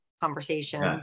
conversation